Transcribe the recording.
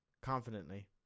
confidently